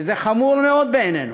וזה חמור מאוד בעינינו.